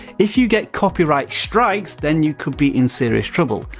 if you get copyright striked, then you could be in serious trouble.